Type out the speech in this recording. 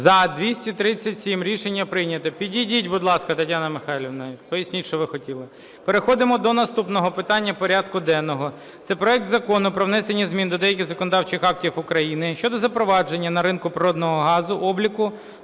За-237 Рішення прийнято. Підійдіть, будь ласка, Тетяно Михайлівно, поясніть, що ви хотіли. Переходимо до наступного питання порядку денного. Це проект Закону про внесення змін до деяких законодавчих актів України щодо запровадження на ринку природного газу обліку